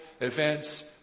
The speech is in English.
events